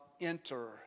enter